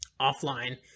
offline